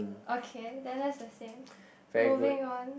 okay then that's the same moving on